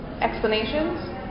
explanations